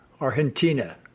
Argentina